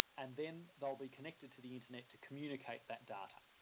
and then they will be connected to the internet to communicate that data,